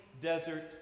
desert